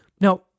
Now